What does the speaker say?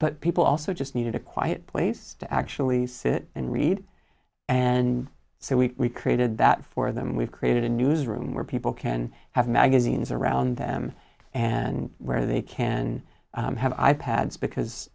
but people also just need a quiet place to actually sit and read and so we created that for them we've created a newsroom where people can have magazines around them and where they can have i pads